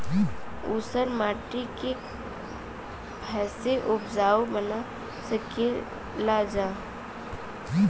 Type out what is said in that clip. ऊसर माटी के फैसे उपजाऊ बना सकेला जा?